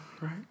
Right